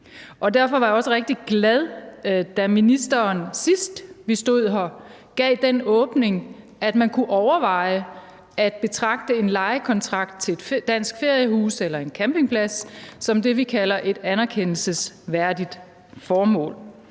Derfor var jeg også rigtig glad, da ministeren, sidst vi stod her, gav den åbning, at man kunne overveje at betragte en lejekontrakt til et dansk feriehus eller en campingplads som det, vi kalder et anerkendelsesværdigt formål.